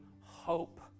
hope